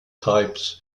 types